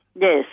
yes